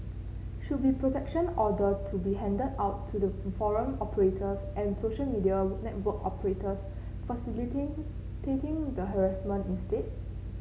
should be protection order to be handed out to the forum operators and social media network operators the harassment instead